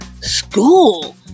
school